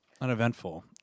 Uneventful